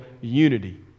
unity